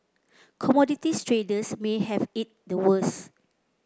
commodities traders may have it the worst